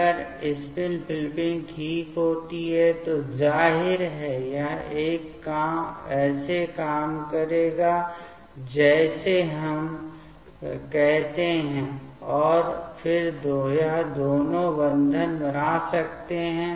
अगर spin flipping होती है तो जाहिर है यह ऐसे काम करेगा जैसे हम कहते हैं और फिर यह दोनों बंधन बना सकते हैं